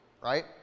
right